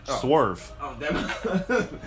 Swerve